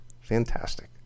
Fantastic